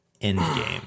Endgame